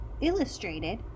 illustrated